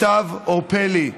סתיו אורפלי,